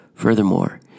Furthermore